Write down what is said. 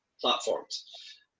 platforms